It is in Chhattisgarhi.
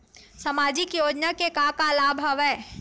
सामाजिक योजना के का का लाभ हवय?